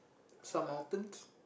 some mountains